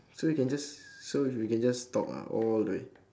so you can just so we can just talk ah all the way